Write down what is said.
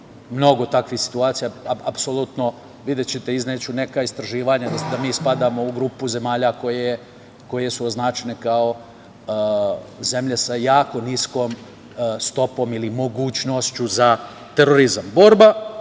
mnogo takvih situacija. Apsolutno, videćete, izneću neka istraživanja da mi spadamo u grupu zemalja koje su označene kao zemlje sa jako niskom stopom ili mogućnošću za terorizam. Borba